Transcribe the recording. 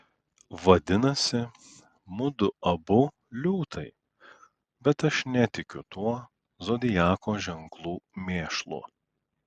vadinasi mudu abu liūtai bet aš netikiu tuo zodiako ženklų mėšlu